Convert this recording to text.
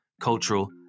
cultural